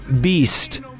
beast